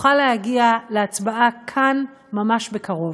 תוכל להגיע להצבעה כאן ממש בקרוב.